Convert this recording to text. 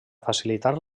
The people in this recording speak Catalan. facilitar